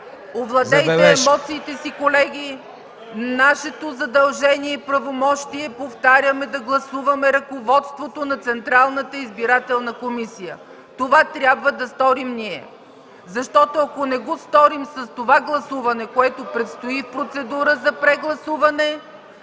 Овладейте емоциите си, колеги! Нашето задължение и правомощие, повтарям, е да гласуваме ръководството на Централната избирателна комисия. Това трябва да сторим ние. Ако не го сторим с това гласуване, което предстои с процедура за прегласуване,